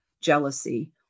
jealousy